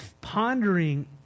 pondering